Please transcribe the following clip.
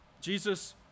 Jesus